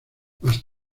más